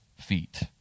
feet